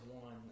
one